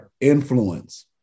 influence